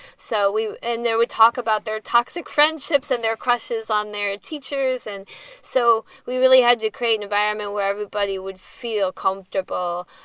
so we and would talk about their toxic friendships and their crushes on their teachers. and so we really had to create an environment where everybody would feel comfortable